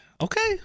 Okay